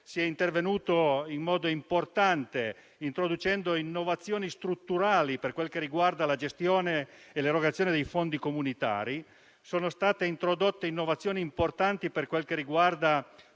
43 è intervenuto in modo importante introducendo innovazioni strutturali per quanto riguarda la gestione e l'erogazione dei fondi comunitari. Sono state introdotte innovazioni importanti per quanto concerne